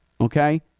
okay